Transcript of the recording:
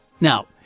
Now